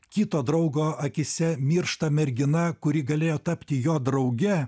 kito draugo akyse miršta mergina kuri galėjo tapti jo drauge